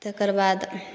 तकरबाद